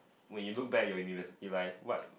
when you look back your university life what